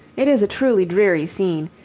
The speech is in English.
it is a truly dreary scene,